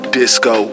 disco